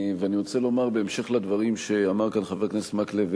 אני רוצה לומר בהמשך לדברים שאמר כאן חבר הכנסת מקלב,